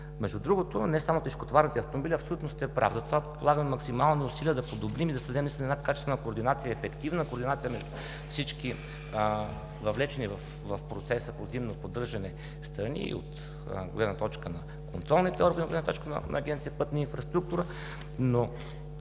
Между другото, не само при тежкотоварните автомобили, абсолютно сте прав, затова полагаме максимални усилия, за да подобрим и да създадем качествена и ефективна координация между всички, въвлечени в процеса по зимно поддържане страни и от гледна точка на контролните органи, и от гледна точка на Агенция „Пътна инфраструктура“.